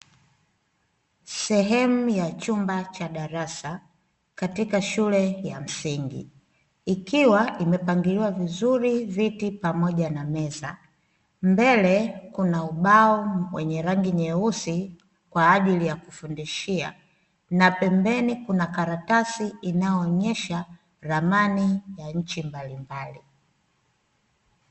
Sehemu ya chumba cha darasa katika shule ya msingi, ikiwa imepangiliwa vizuri viti pamoja na meza. Mbele kuna ubao wenye rangi nyeusi kwaajili ya kufundishia, na pembeni kuna karatasi inayoonyesha ramani za nchi mbalimbali.